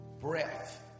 breath